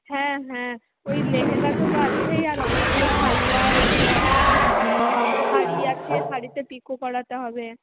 হ্যাঁ হ্যাঁ ওই লেহেঙ্গাটা তো আছেই আর অনেকগুলো সালোয়ার এগুলোও আছে শাড়ি আছে শাড়িতে পিকো করাতে হবে